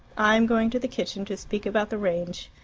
i am going to the kitchen, to speak about the range.